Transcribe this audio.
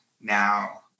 now